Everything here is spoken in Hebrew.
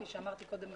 כפי שאמרתי קודם,